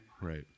Right